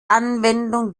anwendung